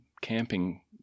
camping